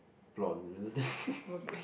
blonde